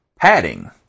padding